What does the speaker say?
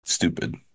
stupid